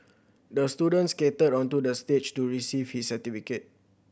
the student skated onto the stage to receive his certificate